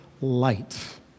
light